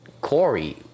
Corey